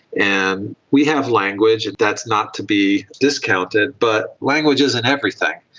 and we have language and that's not to be discounted, but language isn't everything.